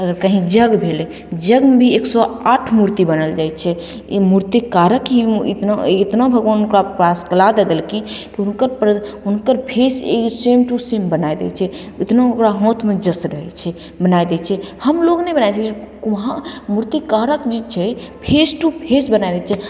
आओर कहीँ यज्ञ भेलय यज्ञमे भी एक सओ आठ मूर्ति बनओल जाइ छै ई मूर्तिकारक ही इतना इतना भगवान ओकरा पास कला दऽ देलखिन कि हुनकर हुनकर फेस एकदम सेम टू सेम बनाय दै छै इतना ओकरा हाथमे यश रहय छै बनाय दै छै हमलोग नहि बना सकय छियै कुम्हार मूर्तिकारक जे छै फेस टू फेस बना दै छै